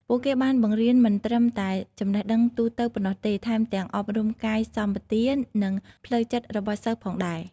ពួកគេបានបង្រៀនមិនត្រឹមតែចំណេះដឹងទូទៅប៉ុណ្ណោះទេ ថែមទាំងអប់រំកាយសម្បទា និងផ្លូវចិត្តរបស់សិស្សផងដែរ។